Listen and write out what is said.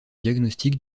diagnostic